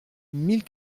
mille